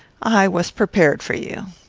i was prepared for you.